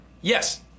Yes